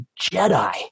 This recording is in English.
Jedi